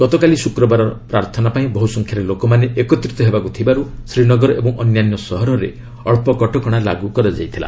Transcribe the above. ଗତକାଲି ଶୁକ୍ରବାର ପ୍ରାର୍ଥନା ପାଇଁ ବହୁସଂଖ୍ୟାରେ ଲୋକମାନେ ଏକତ୍ରିତ ହେବାକୁ ଥିବାରୁ ଶ୍ରୀନଗର ଓ ଅନ୍ୟାନ୍ୟ ସହରରେ ଅଳ୍ପ କଟକଣା ଲାଗୁ କରାଯାଇଥିଲା